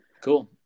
cool